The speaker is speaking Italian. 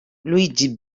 luigi